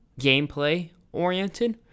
gameplay-oriented